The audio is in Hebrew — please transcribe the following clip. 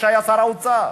כשהיה שר האוצר.